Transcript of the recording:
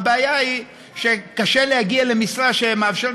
הבעיה היא שקשה להגיע למשרה שמאפשרת